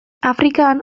afrikan